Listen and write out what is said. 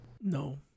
No